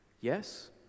Yes